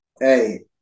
Hey